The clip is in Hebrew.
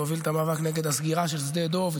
להוביל את המאבק נגד הסגירה של שדה דב.